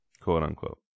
Quote-unquote